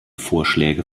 vorschläge